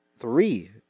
Three